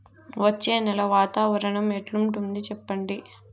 వచ్చే నెల వాతావరణం ఎట్లుంటుంది చెప్పండి?